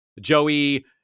Joey